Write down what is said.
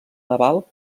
naval